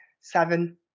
seven